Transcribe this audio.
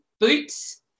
Boots